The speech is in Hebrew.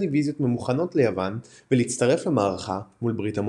דיוויזיות ממוכנות ליוון ולהצטרף למערכה מול ברית המועצות.